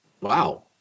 wow